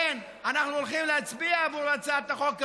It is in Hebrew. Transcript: כן, אנחנו הולכים להצביע עבור הצעת החוק הזאת,